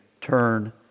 Turn